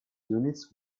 units